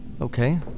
Okay